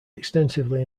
extensively